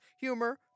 humor